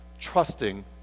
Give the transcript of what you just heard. trusting